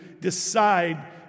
decide